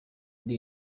ndi